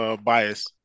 bias